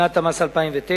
בשנת המס 2009,